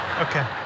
Okay